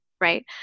Right